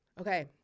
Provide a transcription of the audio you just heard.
okay